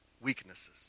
Weaknesses